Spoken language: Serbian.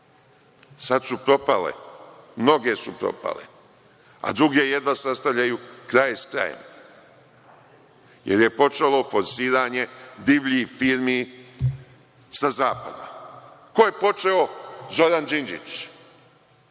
sada su propale. Mnoge su propale, a druge jedva sastavljaju kraj sa krajem, jer je počelo forsiranje divljih firmi sa zapada. Ko je počeo? Zoran Đinđić,